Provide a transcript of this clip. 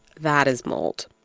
that is mold.